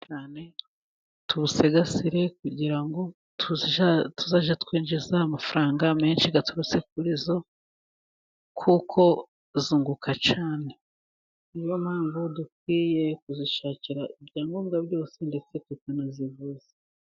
Tuwusigasire kugira ngo tuzajye twinjiza amafaranga menshi aturutse kuri zo, kuko zunguka cyane niyo mpamvu dukwiye kuzishakira ibyangombwa byose ndetse tukanazivuza.